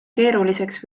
keeruliseks